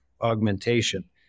augmentation